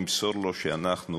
תמסור לו שאנחנו